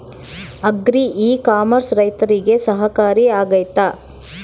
Agri e commerce ರೈತರಿಗೆ ಸಹಕಾರಿ ಆಗ್ತೈತಾ?